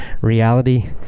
Reality